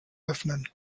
öffnen